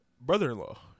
brother-in-law